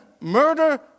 murder